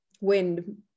wind